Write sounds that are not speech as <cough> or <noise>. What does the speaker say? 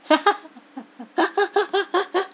<laughs>